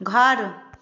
घर